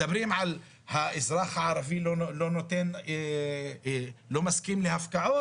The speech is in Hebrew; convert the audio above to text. מדברים על האזרח הערבי שלא מסכים להפקעות.